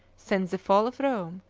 since the fall of rome,